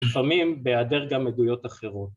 לפעמים בהעדר גם עדויות אחרות